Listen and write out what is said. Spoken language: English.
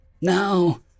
Now